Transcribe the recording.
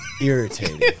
irritating